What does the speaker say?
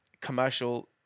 commercial